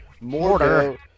Mortar